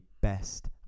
best